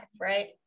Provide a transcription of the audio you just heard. Right